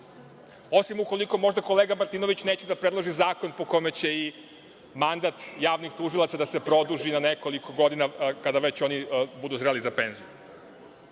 Osim ukoliko možda kolega Martinović neće da predloži zakon po kome će i mandat javnih tužilaca da se produži na nekoliko godina, kada već oni budu spremni za penziju. Čuli